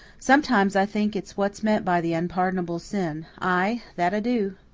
sometimes i think it's what's meant by the unpardonable sin ay, that i do!